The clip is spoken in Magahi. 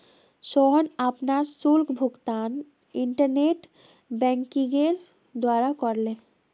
सोहन अपनार शुल्क भुगतान इंटरनेट बैंकिंगेर द्वारा करले